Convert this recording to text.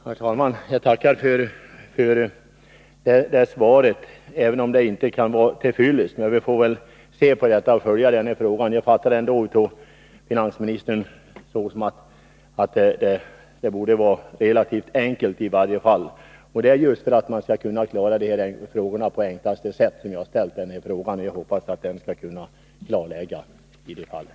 Herr talman! Jag tackar för detta svar, även om det inte var till fyllest. Men vi får väl följa ärendet. Jag uppfattade finansministern så att det borde vara relativt enkelt att göra någonting. Det var just för att man skulle lösa problemen på enklaste sätt som jag ställde denna fråga. Jag tackar än en gång för svaret.